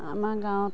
আমাৰ গাঁৱত